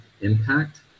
impact